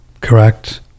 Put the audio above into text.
correct